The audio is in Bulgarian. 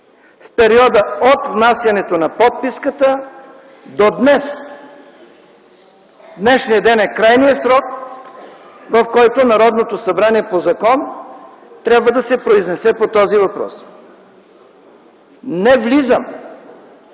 в периода от внасянето на подписката, до днес. Днешният ден е крайният срок, в който Народното събрание по закон, трябва да се произнесе по този въпрос. Не влизам